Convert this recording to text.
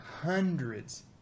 hundreds